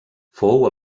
fou